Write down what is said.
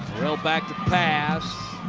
morrell back to pass.